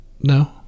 No